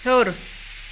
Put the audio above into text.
ہیوٚر